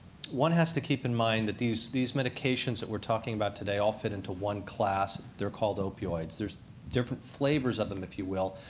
one has to keep in mind that these these medications that we're talking about today all fit into one class. they're called opioids. there's different flavors of them, if you will.